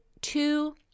two